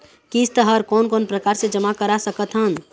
किस्त हर कोन कोन प्रकार से जमा करा सकत हन?